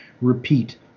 repeat